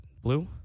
Blue